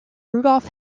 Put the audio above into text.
rudolf